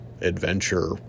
adventure